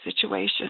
situation